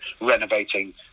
renovating